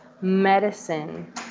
medicine